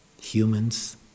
humans